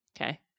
Okay